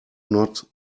not